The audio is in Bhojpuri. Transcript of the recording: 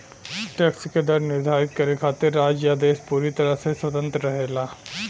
टैक्स क दर निर्धारित करे खातिर राज्य या देश पूरी तरह से स्वतंत्र रहेला